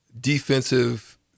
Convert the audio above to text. defensive